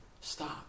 stop